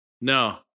No